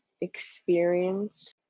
experience